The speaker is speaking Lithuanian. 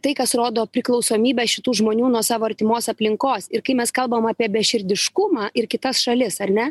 tai kas rodo priklausomybę šitų žmonių nuo savo artimos aplinkos ir kai mes kalbam apie beširdiškumą ir kitas šalis ar ne